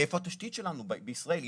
ואיפה התשתית שלנו בישראל?